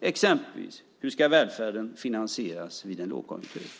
exempelvis ställa sig frågan hur välfärden ska finansieras vid en lågkonjunktur.